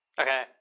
Okay